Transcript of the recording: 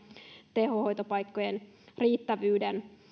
tehohoitopaikkojen riittävyyden